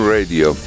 Radio